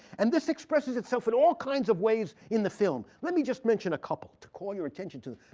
and this expresses itself in all kinds of ways in the film. let me just mention a couple to call your attention to.